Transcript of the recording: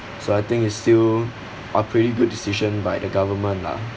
so I think it's still a pretty good decision by the government lah